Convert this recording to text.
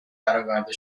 برآورده